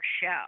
show